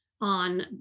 on